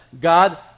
God